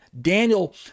Daniel